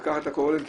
ככה אתה קורא להם,